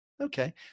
Okay